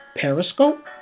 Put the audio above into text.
Periscope